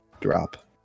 drop